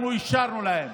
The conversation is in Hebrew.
אנחנו אישרנו להם,